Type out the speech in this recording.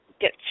get